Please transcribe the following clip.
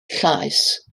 llaes